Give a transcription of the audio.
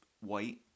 white